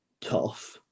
tough